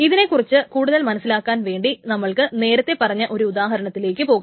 ഇതിനെക്കുറിച്ച് കൂടുതൽ മനസ്സിലാക്കാൻ വേണ്ടി നമ്മൾക്ക് നേരത്തെ പറഞ്ഞ ഒരു ഉദാഹരണത്തിലേക്ക് പോകാം